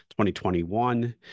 2021